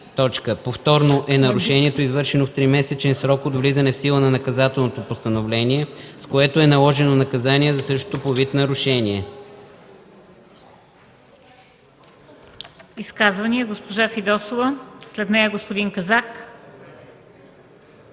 „Повторно” е нарушението, извършено в тримесечен срок от влизане в сила на наказателното постановление, с което е наложено наказание за същото по вид нарушение.” ПРЕДСЕДАТЕЛ МЕНДА СТОЯНОВА: Изказвания? Госпожа Фидосова, след нея господин Казак.